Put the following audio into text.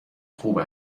خوب